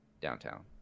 downtown